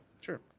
Sure